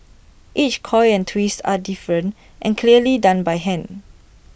each coil and twist are different and clearly done by hand